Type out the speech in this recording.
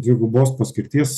dvigubos paskirties